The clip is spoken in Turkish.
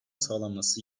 sağlanması